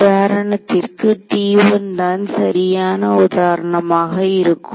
உதாரணத்திற்கு T1 தான் சரியான உதாரணமாக இருக்கும்